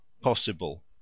possible